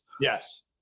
Yes